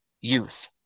youth